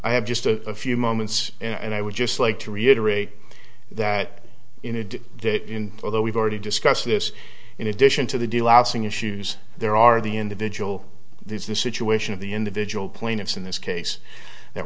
i have just a few moments and i would just like to reiterate that in addition in although we've already discussed this in addition to the delousing issues there are the individual is the situation of the individual plaintiffs in this case th